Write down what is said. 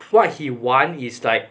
what he want is like